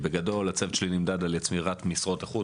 בגדול הצוות שלי נמדד על יצירת משרות איכות,